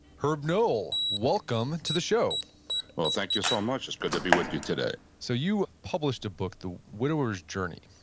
herb knoll, welcome to the show well, thank like you so much. it's good to be with you today so you published a book, the widower's journey.